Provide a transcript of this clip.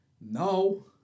No